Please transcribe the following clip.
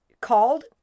called